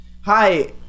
Hi